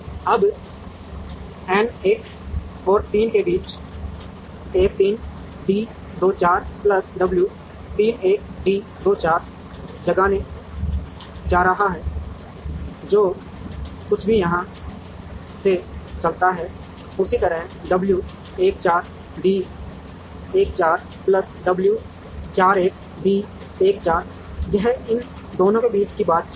अब n 1 और 3 के बीच 1 3 d 2 4 प्लस w 3 1 d 2 4 जगाने जा रहा है और जो कुछ भी यहाँ से चलता है उसी तरह w 1 4 d 1 4 plus w 4 1 d 1 4 यह इन दोनों के बीच की बातचीत है